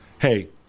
Hey